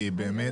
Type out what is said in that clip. חברת הכנסת ברק,